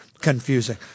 confusing